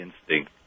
instinct